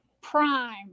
Prime